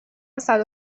صدو